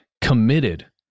committed